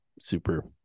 super